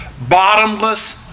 bottomless